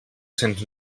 cents